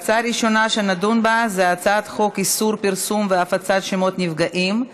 ההצעה הראשונה שנדון בה היא הצעת חוק איסור פרסום והפצת שמות נפגעים,